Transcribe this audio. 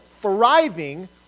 thriving